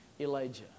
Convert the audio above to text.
Elijah